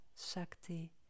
Shakti